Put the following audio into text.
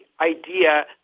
idea